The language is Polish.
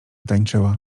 tańczyła